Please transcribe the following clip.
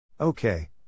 Okay